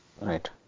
Right